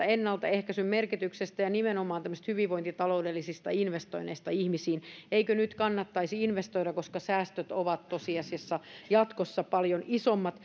ennaltaehkäisyn merkityksestä ja nimenomaan tämmöisistä hyvinvointitaloudellisista investoinneista ihmisiin eikö nyt kannattaisi investoida koska säästöt ovat tosiasiassa jatkossa paljon isommat